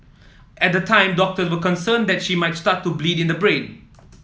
at the time doctors were concerned that she might start to bleed in the brain